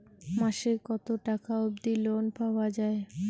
মাসে কত টাকা অবধি লোন পাওয়া য়ায়?